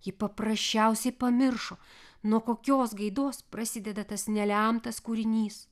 ji paprasčiausiai pamiršo nuo kokios gaidos prasideda tas nelemtas kūrinys